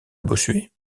bossuet